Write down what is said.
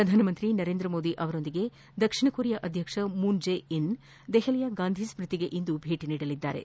ಪ್ರಧಾನ ಮಂತ್ರಿ ನರೇಂದ್ರ ಮೋದಿ ಅವರೊಂದಿಗೆ ದಕ್ಷಿಣ ಕೊರಿಯಾ ಅಧ್ಯಕ್ಷ ಮೂನ್ ಜೆ ಇನ್ ದೆಹಲಿಯ ಗಾಂಧಿಸ್ಮತಿಗೆ ಇಂದು ಭೇಟಿ ನೀಡಲಿದ್ದಾರೆ